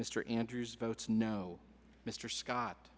mr andrews votes no mr scott